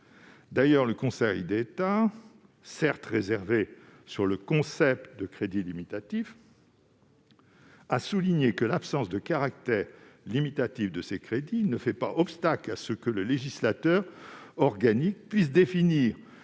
organique ». Le Conseil d'État, certes réservé sur le concept de crédits limitatifs, a souligné que l'absence de caractère limitatif des crédits ne faisait pas obstacle à ce que le législateur organique puisse définir